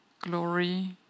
Glory